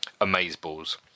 amazeballs